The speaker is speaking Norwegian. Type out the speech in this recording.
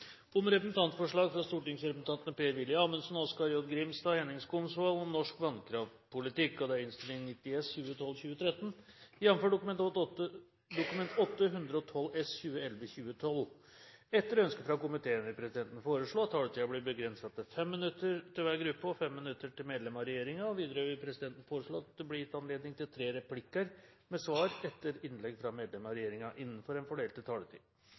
om ordet til sak nr. 3. Etter ønske fra energi- og miljøkomiteen vil presidenten foreslå at taletiden blir begrenset til 5 minutter til hver gruppe og 5 minutter til medlem av regjeringen. Videre vil presidenten foreslå at det blir gitt anledning til tre replikker med svar etter innlegg fra medlemmer av regjeringen innenfor den fordelte taletid.